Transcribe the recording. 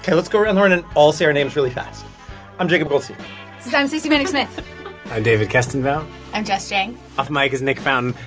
ah let's go around the room and and all say our names really fast i'm jacob goldstein i'm stacey vanek smith i'm david kestenbaum i'm jess jiang off-mic is nick fountain.